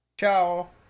ciao